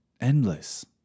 endless